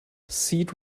set